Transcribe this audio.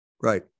right